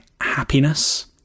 happiness